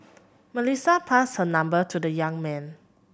Melissa passed her number to the young man